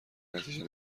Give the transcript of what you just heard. نتیجه